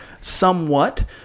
somewhat